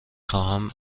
خوام